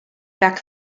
back